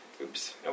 Oops